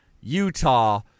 Utah